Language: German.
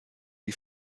die